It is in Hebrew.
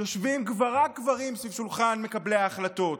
יושבים רק גברים סביב שולחן מקבלי ההחלטות.